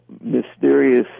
mysterious